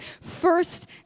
first